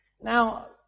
Now